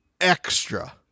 extra